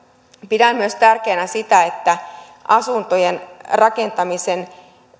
pidän myös tärkeänä sitä että asuntojen rakentamisen